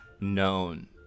known